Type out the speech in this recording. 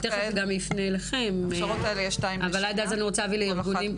אני תיכף גם אפנה אליכם אבל עד אז אני רוצה לשמוע ארגונים.